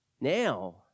now